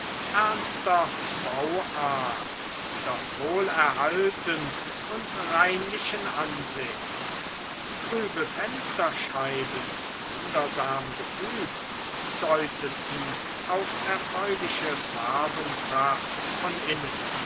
ernster bauart doch wohlerhalten und reinlichen ansehns trübe fensterscheiben wundersam gefügt deuteten auf erfreuliche farbenpracht von innen